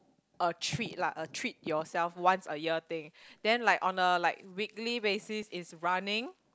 a treat lah a treat yourself once a year thing then like on a like weekly basis is running